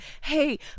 hey